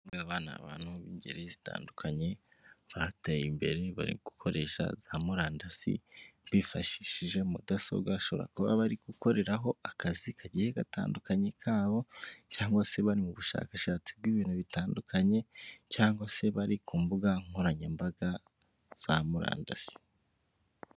Aba ni abantu abantu b'ingeri zitandukanye bateye imbere bari gukoresha za murandasi bifashishije mudasobwa bashobora kuba bari gukoreraho akazi kagiye gatandukanye kabo cyangwa se bari mu bushakashatsi bw'ibintu bitandukanye cyangwa se bari ku mbuga nkoranyambaga za murandasi.